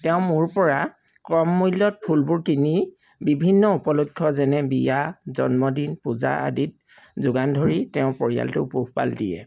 তেওঁ মোৰ পৰা কম মূল্যত ফুলবোৰ কিনি বিভিন্ন উপলক্ষ্য যেনে বিয়া জন্মদিন পূজা আদিত যোগান ধৰি তেওঁ পৰিয়ালটো পোহপাল দিয়ে